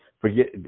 Forget